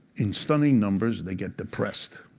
in stunning numbers, they get depressed.